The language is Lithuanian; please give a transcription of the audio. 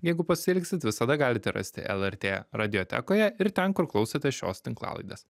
jeigu pasiliksit visada galite rasti lrt radiotekoje ir ten kur klausotės šios tinklalaidės